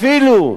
אפילו,